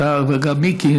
גם מיקי,